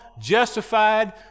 justified